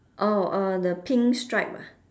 oh uh the pink stripe ah